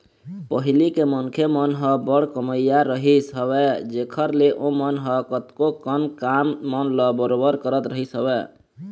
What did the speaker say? पहिली के मनखे मन ह बड़ कमइया रहिस हवय जेखर ले ओमन ह कतको कन काम मन ल बरोबर करत रहिस हवय